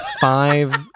five